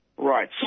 Right